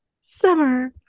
summer